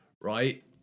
right